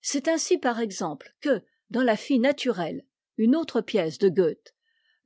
c'est ainsi par exemple que dans la fille naturelle une autre pièce de goethe